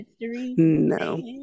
No